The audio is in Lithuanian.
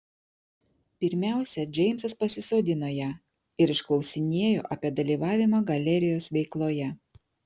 pirmiausia džeimsas pasisodino ją ir išklausinėjo apie dalyvavimą galerijos veikloje